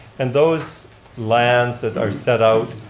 and those lands that are set out,